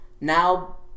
now